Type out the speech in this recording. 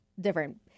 different